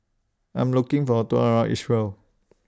I'm looking For A Tour around Israel